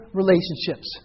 relationships